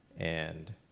and